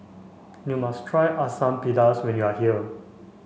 you must try Asam Pedas when you are here